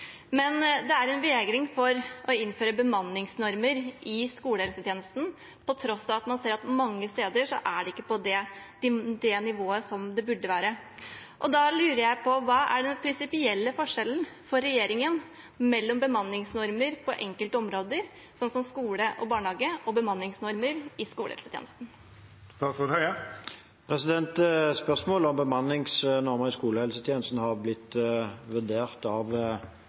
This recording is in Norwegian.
skolehelsetjenesten, på tross av at man ser at mange steder er det ikke på det nivået som det burde være. Da lurer jeg på: Hva er den prinsipielle forskjellen for regjeringen mellom bemanningsnormer på enkelte områder, som skole og barnehage, og bemanningsnormer i skolehelsetjenesten? Spørsmålet om bemanningsnormer i skolehelsetjenesten har blitt vurdert av